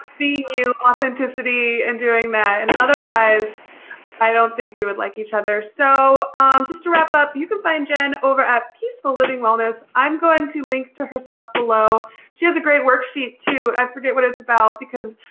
you, authenticity and doing that and otherwise i don't think we would like each other so just to wrap up you can find jen over at peaceful living wellness, i'm going to link to her stuff below she has a great worksheet to. i forget what it's about because